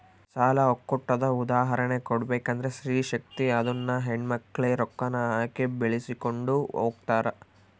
ಸಾಲ ಒಕ್ಕೂಟದ ಉದಾಹರ್ಣೆ ಕೊಡ್ಬಕಂದ್ರ ಸ್ತ್ರೀ ಶಕ್ತಿ ಅದುನ್ನ ಹೆಣ್ಮಕ್ಳೇ ರೊಕ್ಕಾನ ಹಾಕಿ ಬೆಳಿಸ್ಕೊಂಡು ಹೊಗ್ತಾರ